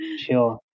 Sure